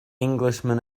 englishman